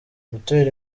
gutera